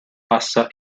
passa